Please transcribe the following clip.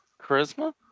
charisma